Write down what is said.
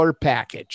package